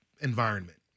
environment